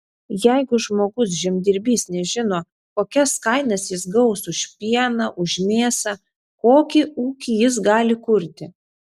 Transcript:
jeigu žmogus žemdirbys nežino kokias kainas jis gaus už pieną už mėsą kokį ūkį jis gali kurti